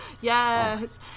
Yes